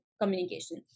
communication